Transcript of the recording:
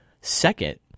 Second